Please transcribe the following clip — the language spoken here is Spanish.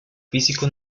físico